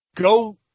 Go